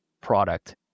product